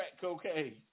cocaine